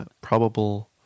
probable